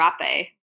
rape